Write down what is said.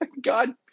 God